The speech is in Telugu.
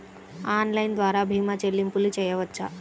ఆన్లైన్ ద్వార భీమా చెల్లింపులు చేయవచ్చా?